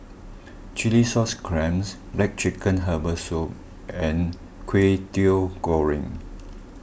Chilli Sauce Clams Black Chicken Herbal Soup and Kway Teow Goreng